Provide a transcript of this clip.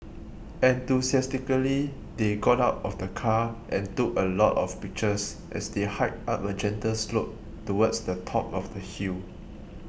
enthusiastically they got out of the car and took a lot of pictures as they hiked up a gentle slope towards the top of the hill